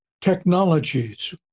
technologies